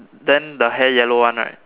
then the hair yellow one right